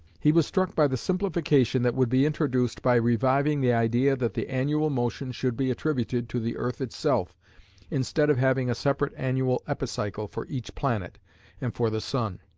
he was struck by the simplification that would be introduced by reviving the idea that the annual motion should be attributed to the earth itself instead of having a separate annual epicycle for each planet and for the sun.